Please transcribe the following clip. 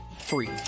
free